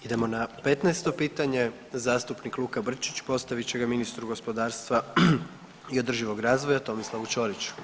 Idemo na 15 pitanje zastupnik Luka Brčić postavit će ga ministru gospodarstva i održivog razvoja Tomislavu Ćoriću.